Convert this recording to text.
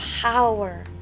power